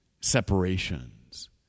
separations